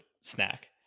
snack